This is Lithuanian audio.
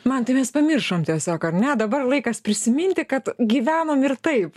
mantai mes pamiršom tiesiog ar ne dabar laikas prisiminti kad gyvenom ir taip